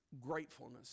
Gratefulness